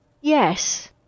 Yes